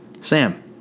Sam